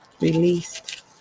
released